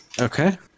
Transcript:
Okay